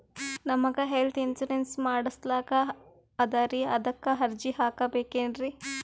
ನಮಗ health insurance ಮಾಡಸ್ಲಾಕ ಅದರಿ ಅದಕ್ಕ ಅರ್ಜಿ ಹಾಕಬಕೇನ್ರಿ?